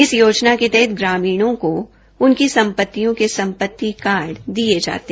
इस योजना के तहत ग्रामीणों को उनकी संपत्तियों के सम्पत्ति कार्ड दिए गए